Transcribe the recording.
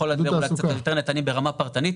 הוא יכול לתת קצת יותר נתונים ברמה פרטנית.